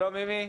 שלום, מימי.